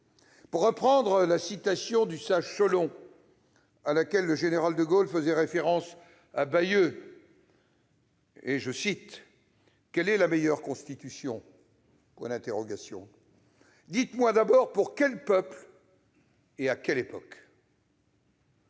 Pour reprendre la citation du sage Solon, à laquelle le général de Gaulle faisait référence à Bayeux, « quelle est la meilleure Constitution ? Dites-moi d'abord pour quel peuple et à quelle époque.